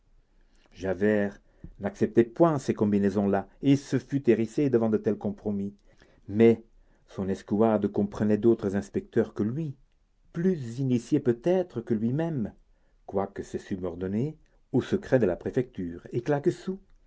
javert n'acceptait point ces combinaisons là et se fût hérissé devant de tels compromis mais son escouade comprenait d'autres inspecteurs que lui plus initiés peut-être que lui-même quoique ses subordonnés aux secrets de la préfecture